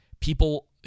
people